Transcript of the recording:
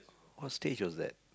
what stage was that